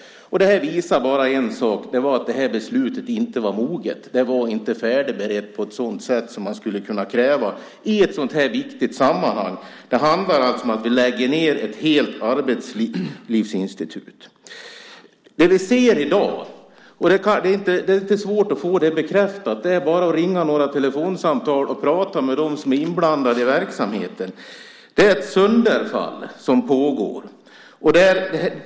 Det visar bara en sak. Det är att beslutet inte var moget. Det var inte färdigberett på ett sådant sätt som man skulle kunna kräva i ett sådant viktigt sammanhang. Det handlar om att vi lägger ned ett helt arbetslivsinstitut. Det vi ser i dag är inte svårt att få bekräftat. Det är bara att ringa några telefonsamtal och tala med dem som är inblandade i verksamheten. Det är ett sönderfall som pågår.